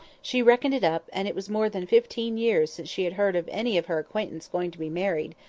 she reckoned it up, and it was more than fifteen years since she had heard of any of her acquaintance going to be married,